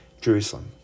Jerusalem